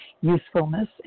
usefulness